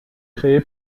créé